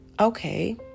Okay